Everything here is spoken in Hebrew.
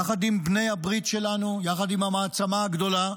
יחד עם בני הברית שלנו, יחד עם המעצמה הגדולה,